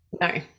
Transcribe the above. No